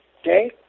okay